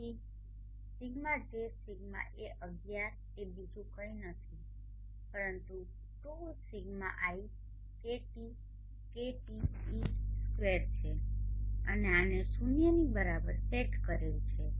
તેથી δJδa11 એ બીજું કંઇ નથી પરંતુ 2Σi2 છે અને આને શૂન્યની બરાબર સેટ કરેલ છે